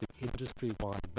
industry-wide